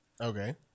okay